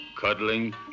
cuddling